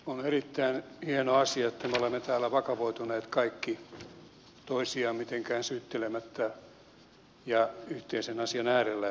on erittäin hieno asia että me olemme täällä vakavoituneet kaikki toisia mitenkään syyttelemättä ja yhteisen asian äärellä